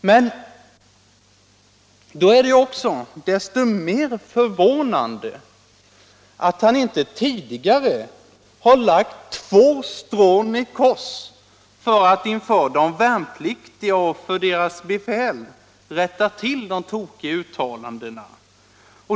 Men då är det desto mer förvånande att han inte tidigare har lagt två strån i kors för att inför de värnpliktiga och deras befäl rätta till de tokiga uttalandena.